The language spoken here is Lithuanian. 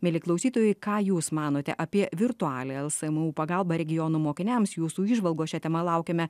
mieli klausytojai ką jūs manote apie virtualią lsmu pagalbą regionų mokiniams jūsų įžvalgos šia tema laukiame